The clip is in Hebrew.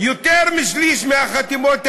יותר משליש מהחתימות האלה,